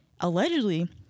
Allegedly